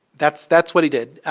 that's that's what he did.